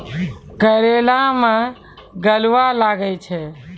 करेला मैं गलवा लागे छ?